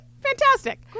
Fantastic